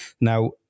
Now